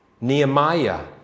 Nehemiah